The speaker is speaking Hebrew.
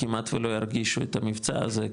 כמעט ולא ירגישו את המבצע הזה,